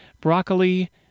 Broccoli